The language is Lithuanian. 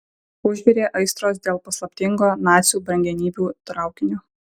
užvirė aistros dėl paslaptingo nacių brangenybių traukinio